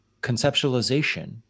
conceptualization